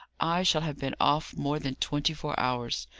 i shall have been off more than twenty-four hours,